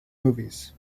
movies